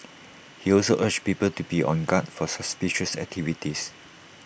he also urged people to be on guard for suspicious activities